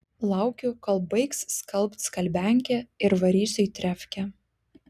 laukiu kol baigs skalbt skalbiankė ir varysiu į trefkę